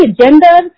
gender